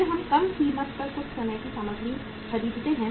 फिर हम कम कीमत पर कुछ समय की सामग्री खरीदते हैं